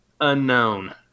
unknown